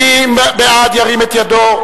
מי בעד ההסתייגות, ירים את ידו.